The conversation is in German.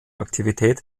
aktivität